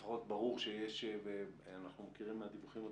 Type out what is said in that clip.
ברור, אנחנו מכירים מהדיווחים התקשורתיים,